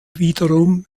wiederum